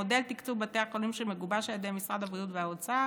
מודל תקצוב בתי החולים שמגובש על ידי משרדי הבריאות והאוצר